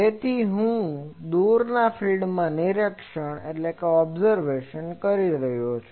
તેથી અને હું દૂરના ફીલ્ડમાં નિરીક્ષણ કરી રહ્યો છું